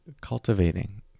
cultivating